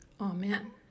Amen